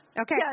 Okay